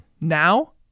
now